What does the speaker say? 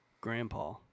Grandpa